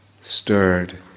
stirred